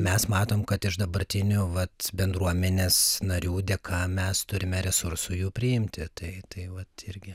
mes matom kad iš dabartinių vat bendruomenės narių dėka mes turime resursų jų priimti tai tai vat irgi